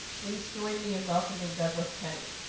please join me in welcoming douglas kenning.